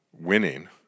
winning